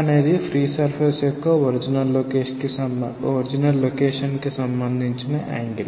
అనేది free surface యొక్క original location కి సంబంధించినయాంగిల్